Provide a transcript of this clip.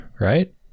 right